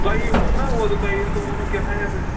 تۄہی ہیوٚتمو نا اوترٕ تۄہہِ ییٚلہِ تۄہہِ ووٚنوُ کیٛاہ تھانٮ۪تھٕ